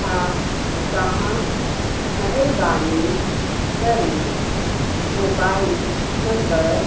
छा तव्हां महिरबानी करे मोबाइल नंबर